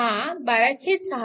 हा 126 2A